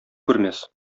күрмәс